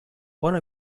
bona